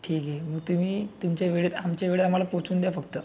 ठीक आहे मग तुम्ही तुमच्या वेळेत आमच्या वेळेत आम्हाला पोचवून द्या फक्त